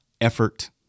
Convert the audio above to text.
effort